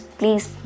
please